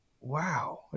wow